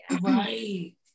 right